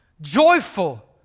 Joyful